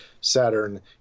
Saturn